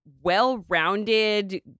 well-rounded